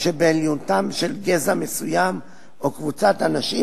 שבעליונותם של גזע מסוים או קבוצת אנשים